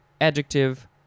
adjective